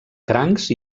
crancs